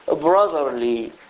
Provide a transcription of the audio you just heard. brotherly